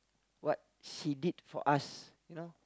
what she did for us you know